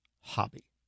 hobby